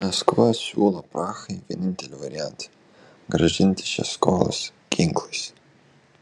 maskva siūlo prahai vienintelį variantą grąžinti šias skolas ginklais